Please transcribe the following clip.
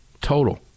total